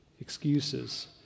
excuses